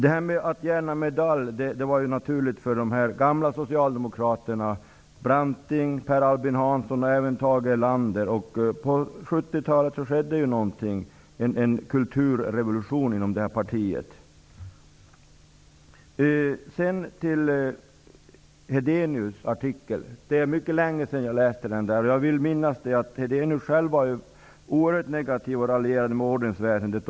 Det här med medalj var naturligt för de gamla socialdemokraterna -- jag tänker på Branting, Per Albin Hansson och även Tage Erlander. Men på 70 talet skedde det en kulturrevolution inom partiet. Jag skall också kommentera Hedenius artikel. Det är mycket länge sedan jag läste den. Jag vill minnas att Hedenius själv var oerhört negativ till ordensväsendet.